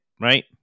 right